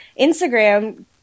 Instagram